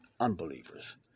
unbelievers